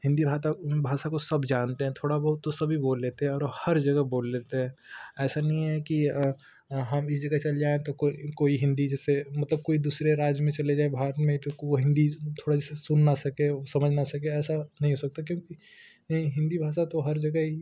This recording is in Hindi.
हिंदी भाता भाषा को सब जानते हैं थोड़ा बहुत सभी बोल लेते हैं और हर जगह बोल लेते हैं ऐसा नहीं है की हम इस जगह चल जाए तो कोई कोई हिंदी जैसे मतलब कोई दूसरे राज्य में चले जाएं बाहर में तो हिंदी थोड़ा जैसे कोई सुन न सके समझ न सके ऐसा नही हो सकता क्योंकि हिंदी भाषा तो हर जगह